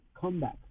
comeback